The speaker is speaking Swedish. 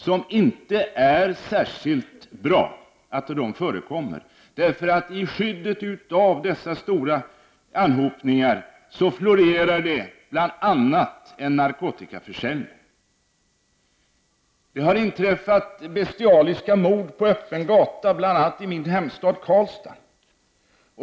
Det är nämligen inte särskilt bra att sådana förekommer, eftersom det i skyddet av dessa stora anhopningar florerar bl.a. narkotikaförsäljning. Det har inträffat bestialiska mord på öppen gata, bl.a. i min hemstad Karlstad.